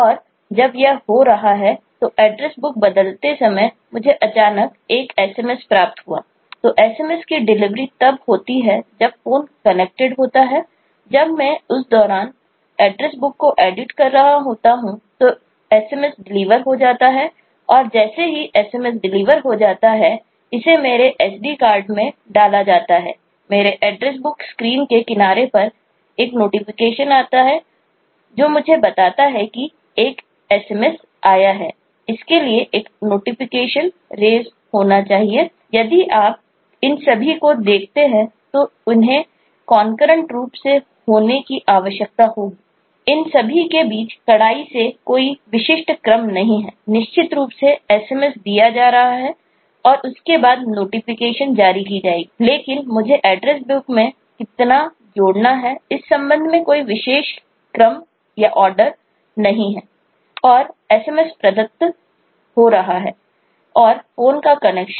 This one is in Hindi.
और SMS प्रदत्त जा रहा है और फोन का कनेक्शन